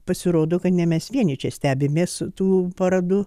pasirodo kad ne mes vieni čia stebimės tų paradu